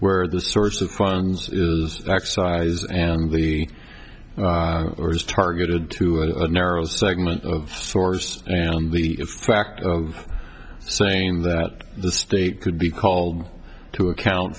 where the source of funds is excise and the or is targeted to a narrow segment of source and the fact saying that the state could be called to account